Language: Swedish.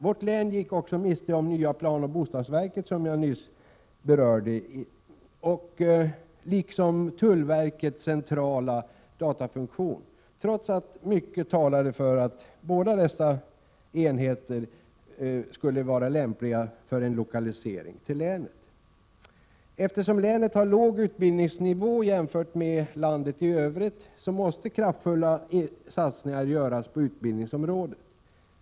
Vårt län gick också miste om nya planoch bostadsverket, 95 som jag inledningsvis berörde, liksom om tullverkets centrala datafunktion, trots att mycket talade för båda dessa enheters lokalisering till länet. Eftersom länet har låg utbildningsnivå jämfört med landet i övrigt, måste kraftfulla satsningar göras på utbildningsområdet.